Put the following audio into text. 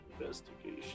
Investigation